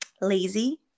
lazy